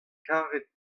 karet